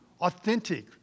authentic